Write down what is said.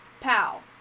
pal